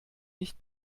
nicht